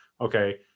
okay